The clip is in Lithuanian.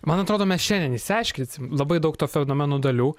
man atrodo mes šiandien išsiaiškinsim labai daug to fenomeno dalių